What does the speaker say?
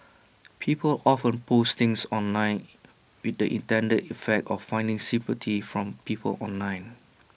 people often post things online with the intended effect of finding sympathy from people online